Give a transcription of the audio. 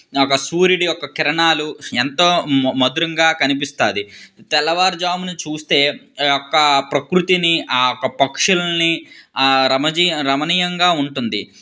యొక్క సూర్యుడి యొక్క కిరణాలు ఎంతో మ మధురంగా కనిపిస్తుంది తెల్లవారుజామున చూస్తే ఆ యొక్క ప్రకృతిని ఆ ఒక్క పక్షులనీ రమజీ రమణీయంగా ఉంటుంది